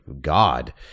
god